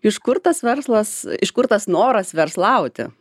iš kur tas verslas iš kur tas noras verslauti